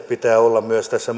pitää olla myös tässä